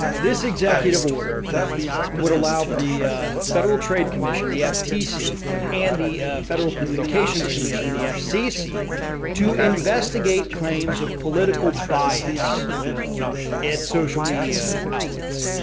this executive order would allow for the federal trade commission, the ftc and the federal communications commission, the fcc to investigate claims of political bias and social media outlets.